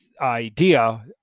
idea